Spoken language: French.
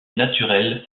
naturelle